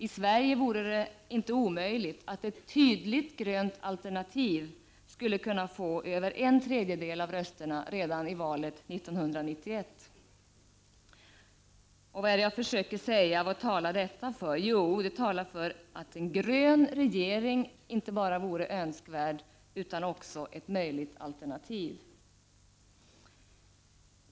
I Sverige vore det inte omöjligt att ett tydligt grönt alternativ skulle kunna få över en tredjedel av rösterna redan i valet 1991. Vad talar detta för? Jo, att en grön regering vore inte bara önskvärd. utan också ett möjligt alternativ.